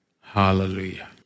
Hallelujah